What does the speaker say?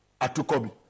Atukobi